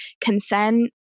consent